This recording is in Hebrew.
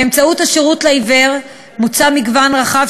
באמצעות השירות לעיוור מוצע מגוון רחב